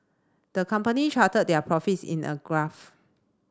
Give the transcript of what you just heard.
the company charted their profits in a graph